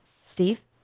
Steve